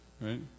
right